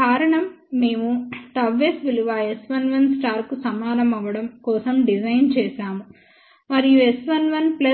కారణం మేముΓS విలువ S11 కు సమానమవడం కోసం డిజైన్ చేశాము మరియు S11